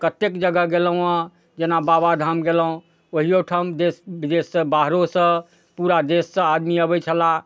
कतेक जगह गेलहुँ अँ जेना बाबाधाम गेलहुँ ओहिओ ठाम देश विदेशसँ बाहरोसँ पूरा देशसँ आदमी आबै छलाह